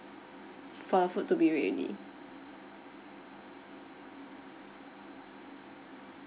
for the food to be ready